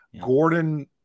Gordon